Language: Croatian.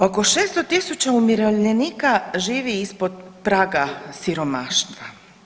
Oko 600 000 umirovljenika živi ispod praga siromaštva.